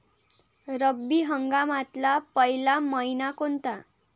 रब्बी हंगामातला पयला मइना कोनता?